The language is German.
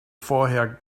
vorher